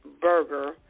burger